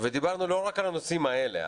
ודיברנו לא רק על הנושאים האלה.